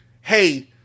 hey